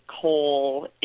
coal